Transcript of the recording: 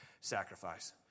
sacrifice